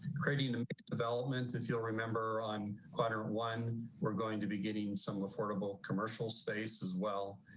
creating and and development, if you'll remember on quadrant one we're going to be getting some affordable commercial space as well.